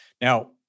Now